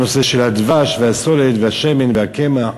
הנושא של הדבש, והסולת, והשמן, והקמח,